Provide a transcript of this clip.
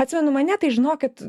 atsimenu mane tai žinokit